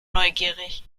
neugierig